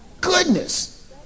Goodness